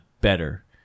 better